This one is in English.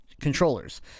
Controllers